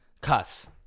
Cuss